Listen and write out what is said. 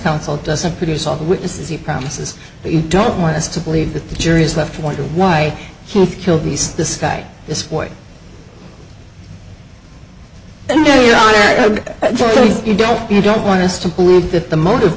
counsel doesn't produce all the witnesses you promises but you don't want us to believe that the jury is left wondering why he killed these this guy this way surely you don't you don't want us to believe that the motive